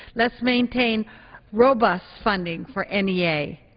let's maintain robust funding for n e a.